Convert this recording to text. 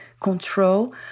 control